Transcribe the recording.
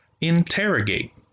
Interrogate